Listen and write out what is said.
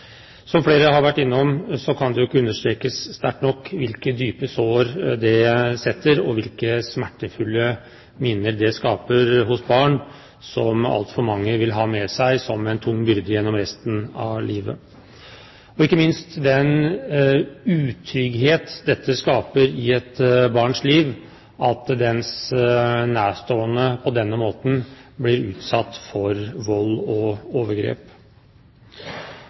Som flere har vært innom, kan det ikke understrekes sterkt nok hvor dype sår det setter og hvilke smertefulle minner det skaper hos barn. Altfor mange vil ha med seg dette som en tung byrde gjennom resten av livet, og ikke minst skaper det utrygghet i et barns liv at nærstående på denne måten blir utsatt for vold og overgrep.